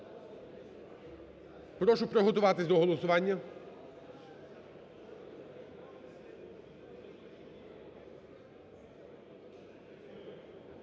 Прошу приготуватися до голосування.